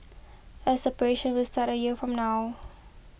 as operations will start a year from now